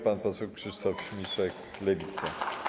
Pan poseł Krzysztof Śmiszek, Lewica.